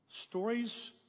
Stories